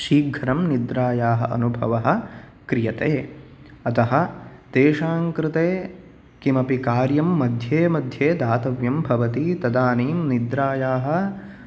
शीघ्रं निद्रायाः अनुभवः क्रियते अतः तेषां कृते किमपि कार्यं मध्ये मध्ये दातव्यं भवति तदानीं निद्रायाः